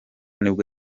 nibwo